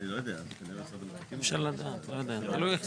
אני רק קודם כל אפנה לסעיף